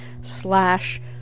slash